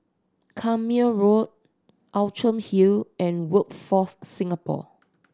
Carpmael Road Outram Hill and Workforce Singapore